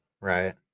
right